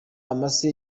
amase